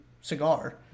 cigar